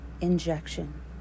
injection